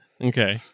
Okay